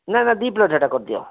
ନା ନା ଦୁଇ ପ୍ଲେଟ୍ ସେଟା କରିଦିଅ